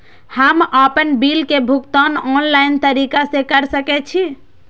हम आपन बिल के भुगतान ऑनलाइन तरीका से कर सके छी?